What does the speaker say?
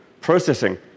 processing